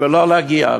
ולא להגיע.